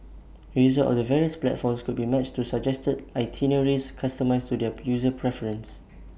A user of the various platforms could be matched to suggested itineraries customised to their user preference